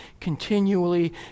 continually